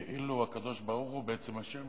כאילו הקדוש-ברוך-הוא בעצם אשם